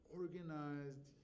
organized